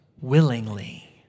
willingly